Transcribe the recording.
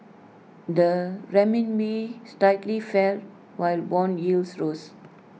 the Renminbi slightly fell while Bond yields rose